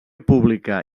pública